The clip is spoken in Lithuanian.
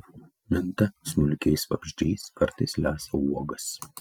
minta smulkiais vabzdžiais kartais lesa uogas